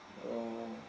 uh